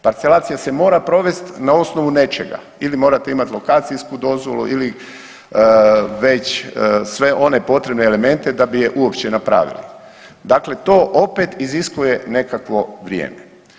Parcelacija se mora provesti na osnovu nečega ili morate imati lokacijsku dozvolu ili već sve one potrebne elemente da bi je uopće napravili, dakle to opet iziskuje nekakvo vrijeme.